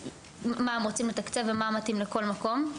מה הוא רוצה לתקצב ומה מתאים לכל מקום.